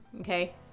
okay